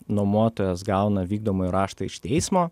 nuomotojas gauna vykdomąjį raštą iš teismo